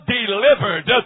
delivered